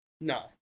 No